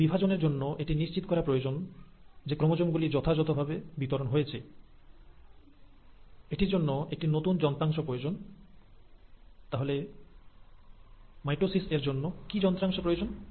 কিন্তু বিভাজনের জন্য এটি নিশ্চিত করা প্রয়োজন যে ক্রোমোজোম গুলি যথাযথ ভাবে বিতরণ হয়েছে এটির জন্য একটি নতুন যন্ত্রাংশ প্রয়োজন তাহলে মাইটোসিস এর জন্য কি যন্ত্রাংশ প্রয়োজন